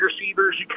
receivers